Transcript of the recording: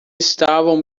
estavam